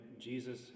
Jesus